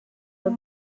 have